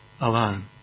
alone